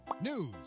news